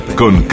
con